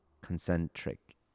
concentric